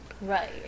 Right